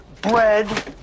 bread